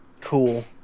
Cool